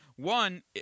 One